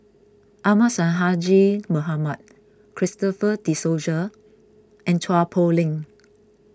Ahmad Sonhadji Mohamad Christopher De Souza and Chua Poh Leng